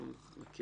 בוקר טוב.